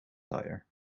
tyre